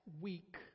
week